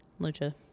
Lucha